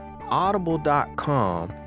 Audible.com